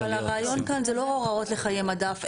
אבל הרעיון כאן זה לא הוראות לחיי מדף.